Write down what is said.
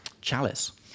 chalice